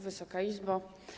Wysoka Izbo!